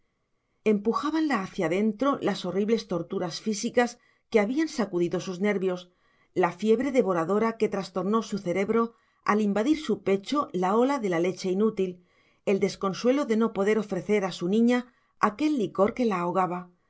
entraré empujábanla hacia dentro las horribles torturas físicas que habían sacudido sus nervios la fiebre devoradora que trastornó su cerebro al invadir su pecho la ola de la leche inútil el desconsuelo de no poder ofrecer a su niña aquel licor que la ahogaba